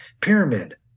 pyramid